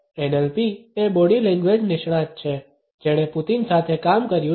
NLP એ body language નિષ્ણાત છે જેણે પુતિન સાથે કામ કર્યુ છે